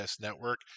Network